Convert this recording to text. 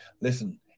Listen